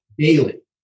Daily